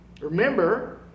remember